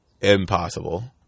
impossible